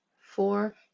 four